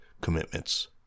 commitments